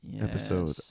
episode